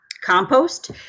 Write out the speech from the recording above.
compost